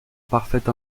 parfaite